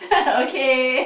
okay